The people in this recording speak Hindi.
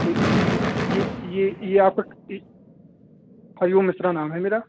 ठीक ये ये ये ये आपका अयु मिस्रा नाम है मेरा